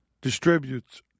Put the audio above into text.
distributes